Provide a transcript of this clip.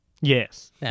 Yes